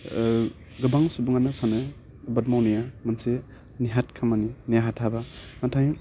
ओह गोबां सुबुङानो सानो बाट मावनाया मोनसे नेहाथ खामानि नेहाथ थाबा नाथाय